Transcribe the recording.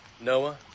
Noah